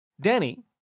Danny